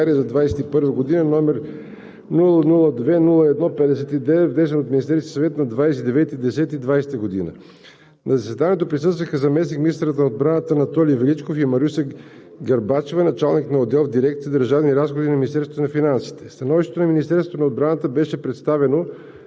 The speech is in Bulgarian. за 2021 г., № 002-01-59, внесен от Министерския съвет на 29 октомври 2020 г. На заседанието присъстваха заместник-министърът на отбраната Анатолий Величков и Маруся Гарбачева – началник на отдел в дирекция „Държавни разходи“ на Министерството на финансите. Становището на Министерството на отбраната беше представено